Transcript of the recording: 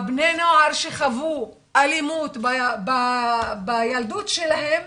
בני הנוער שחוו אלימות בילדות שלהם,